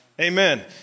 amen